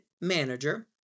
manager